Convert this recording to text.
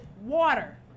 water